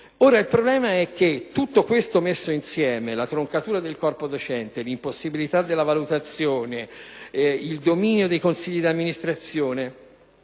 Il problema è che tutto ciò messo insieme (il taglio del corpo docente, l'impossibilità della valutazione e il dominio dei consigli di amministrazione)